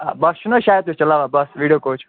آ بَس چھِو نا شاید تُہۍ چَلاوان بَس ویٖڈیو کوچ